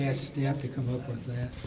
ah staff to come up with that.